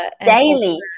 daily